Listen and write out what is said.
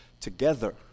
together